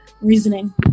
reasoning